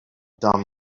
dumb